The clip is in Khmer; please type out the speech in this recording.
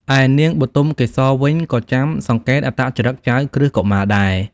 ឯនាងបុទមកេសរវិញក៏ចាំសង្កេតអត្តចរិតចៅក្រឹស្នកុមារដែរ។